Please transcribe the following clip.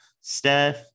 Steph